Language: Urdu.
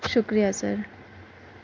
شکریہ سر